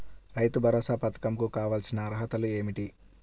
రైతు భరోసా పధకం కు కావాల్సిన అర్హతలు ఏమిటి?